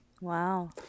Wow